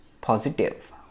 positive